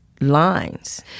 lines